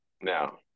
Now